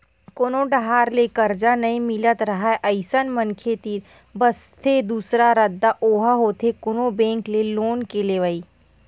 कोनो डाहर ले करजा नइ मिलत राहय अइसन मनखे तीर बचथे दूसरा रद्दा ओहा होथे कोनो बेंक ले लोन के लेवई